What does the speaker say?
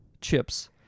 Chips